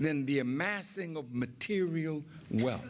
than the amassing of material well